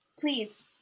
please